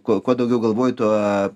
kuo kuo daugiau galvoju tuo